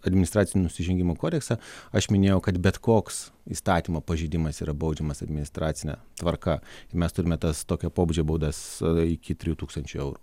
administracinių nusižengimų kodeksą aš minėjau kad bet koks įstatymo pažeidimas yra baudžiamas administracine tvarka ir mes turime tas tokio pobūdžio baudas iki trijų tūkstančių eurų